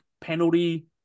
Penalty